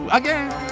again